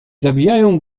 zabijają